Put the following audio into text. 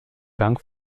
bank